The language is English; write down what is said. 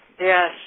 yes